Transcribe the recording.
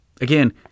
Again